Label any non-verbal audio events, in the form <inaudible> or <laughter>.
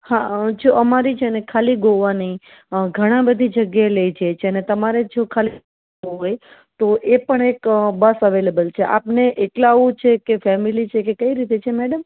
હા જો અમારી છે ને ખાલી ગોવા નહીં ઘણી બધી જગ્યાએ લઈ જાય છે તમારે જો ખાલી <unintelligible> એ પણ એક બસ અવેલેબલ છે આપણે એકલા આવું છે કે ફેમિલી છે કે કઈ રીતે છે મેડમ